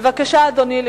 בבקשה, אדוני.